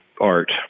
art